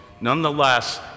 nonetheless